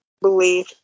believe